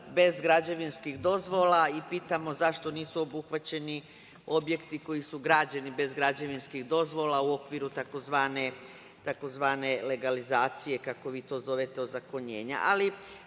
bez građevinskih dozvola i pitamo zašto nisu obuhvaćeni objekti koji su građeni bez građevinskih dozvola u okviru tzv. legalizacije, kako vi to zovete, ozakonjenja.